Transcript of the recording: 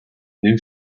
new